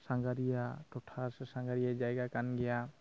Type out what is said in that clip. ᱥᱟᱸᱜᱷᱟᱨᱤᱭᱟᱹ ᱴᱚᱴᱷᱟ ᱥᱮ ᱥᱟᱸᱜᱷᱟᱨᱤᱭᱟᱹ ᱡᱟᱭᱜᱟ ᱠᱟᱱ ᱜᱮᱭᱟ